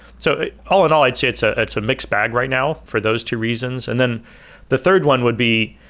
so all in all, i'd say it's ah it's a mixed bag right now for those two reasons. and then the third one would be